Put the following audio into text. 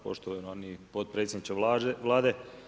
Poštovani potpredsjedniče Vlade.